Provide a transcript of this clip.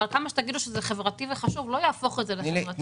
אבל כמה שתגידו שזה חברתי וחשוב לא יהפוך את זה לחברתי וחשוב.